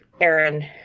Aaron